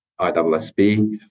IWSB